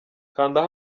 kanda